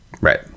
Right